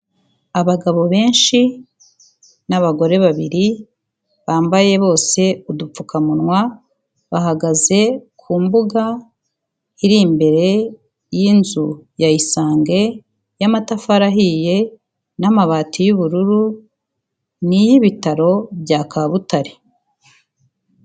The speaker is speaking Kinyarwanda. Abagabo benshi n'abagore babiri bambaye bose udupfukamunwa, bahagaze ku mbuga iri imbere y'inzu ya Isange y'amatafari ahiye n'amabati y'ubururu ni iy'ibitaro bya Kabutare,